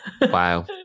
Wow